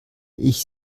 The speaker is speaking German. ich